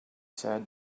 said